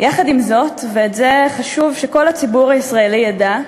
יחד עם זאת, ואת זה חשוב שכל הציבור הישראלי ידע,